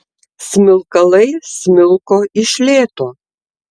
smilkalai smilko iš lėto